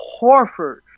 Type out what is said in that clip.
Horford